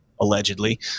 allegedly